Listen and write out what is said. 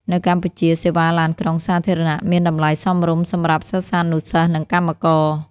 នៅកម្ពុជា សេវាឡានក្រុងសាធារណៈមានតម្លៃសមរម្យសម្រាប់សិស្សានុសិស្ស និងកម្មករ។